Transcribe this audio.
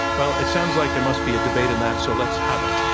well, it sounds like there must be a debate in that, so let's have it,